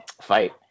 fight